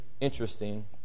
interesting